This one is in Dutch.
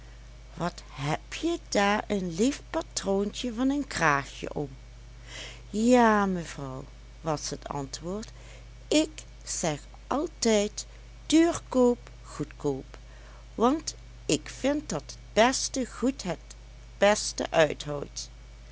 wat heb je daar een lief patroontje van een kraagje om ja mevrouw was het antwoord ik zeg altijd duurkoop goedkoop want ik vind dat het beste goed het et beste uithoudt